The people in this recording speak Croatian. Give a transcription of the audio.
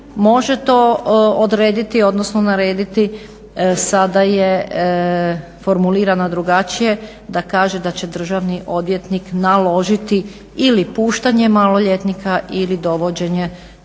može to odrediti odnosno narediti sada je formulirana drugačije da kaže da će državni odvjetnik naložiti ili puštanje maloljetnika ili dovođenje